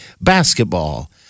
basketball